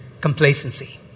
complacency